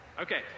Okay